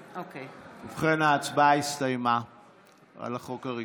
ובכן, ההצבעה הסתיימה על החוק הראשון.